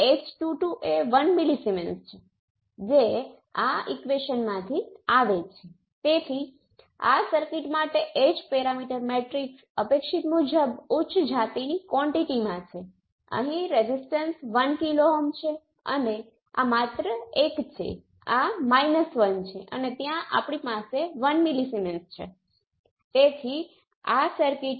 હવે એવું નથી કે સર્કિટ z પેરામિટર માં રેસિપ્રોકલ છે પરંતુ y પેરામિટરમાં નથી અથવા અન્ય પેરામિટર